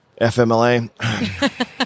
FMLA